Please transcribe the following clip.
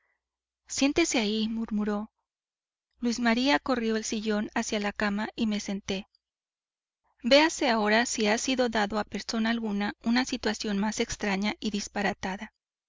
mano siéntese ahí murmuró luis maría corrió el sillón hacia la cama y me senté véase ahora si ha sido dado a persona alguna una situación más extraña y disparatada